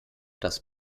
das